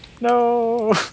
No